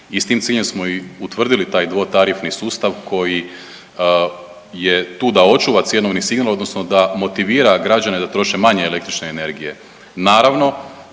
s tim ciljem smo i utvrdili taj dvotarifni sustav koji je tu da očuva cjenovni signal odnosno da motivira građane da troše manje električne energije.